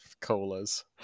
colas